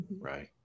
Right